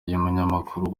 y’umunyamakuru